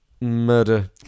murder